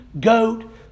goat